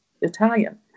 Italian